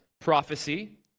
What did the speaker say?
prophecy